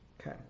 okay